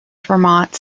vermont